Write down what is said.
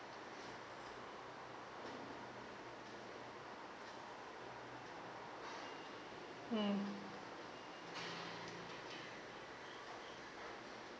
mm